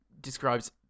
describes